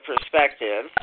perspective